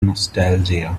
nostalgia